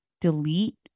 delete